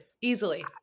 easily